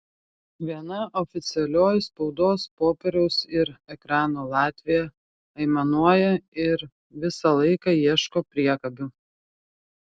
viena oficialioji spaudos popieriaus ir ekrano latvija aimanuoja ir visą laiką ieško priekabių